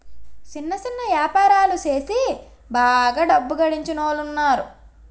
సిన్న సిన్న యాపారాలు సేసి బాగా డబ్బు గడించినోలున్నారు